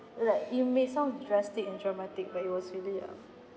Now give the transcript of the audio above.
like it may sound drastic and dramatic but it was really um